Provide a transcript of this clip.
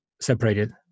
Separated